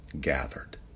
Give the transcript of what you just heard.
gathered